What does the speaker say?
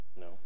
No